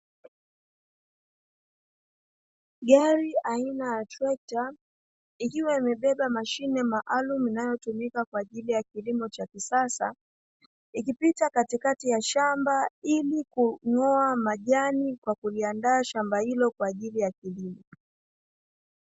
Gari aina ya trekta ikiwa imebeba mashine maalumu, inayotumika kwaajili ya kilimo cha kisasa, ikipita katikati ya shamba ili kung'oa majani kwa kuliandaa shamba hilo kwaajili ya kilimo.